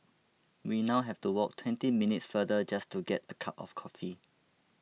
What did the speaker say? we now have to walk twenty minutes farther just to get a cup of coffee